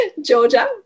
Georgia